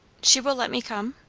she will let me come?